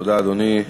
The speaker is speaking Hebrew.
תודה, אדוני.